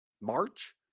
March